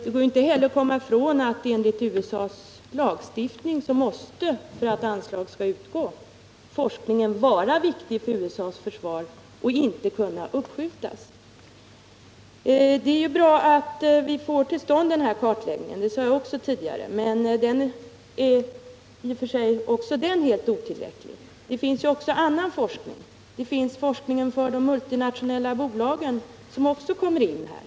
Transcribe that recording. Det går inte heller att komma ifrån att forskningen, enligt USA:s lagstiftning, måste vara viktig för USA:s försvar och inte kunna uppskjutas för att anslag skall utgå. Det är bra att vi får till stånd denna kartläggning, det sade jag också tidigare. Men också den är helt otillräcklig. Det finns annan forskning, t.ex. forskningen för de multinationella bolagen, som också kommer in i bilden.